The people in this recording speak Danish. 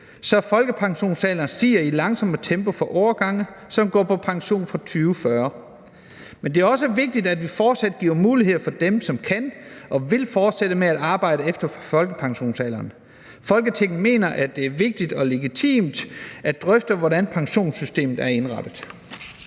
så folkepensionsalderen stiger i et langsommere tempo for årgange, som går på pension fra 2040. Men det er også vigtigt, at vi fortsat giver gode muligheder for dem, som kan og vil fortsætte med at arbejde efter folkepensionsalderen. Folketinget mener, at det er vigtigt og legitimt at drøfte, hvordan pensionssystemet er indrettet.«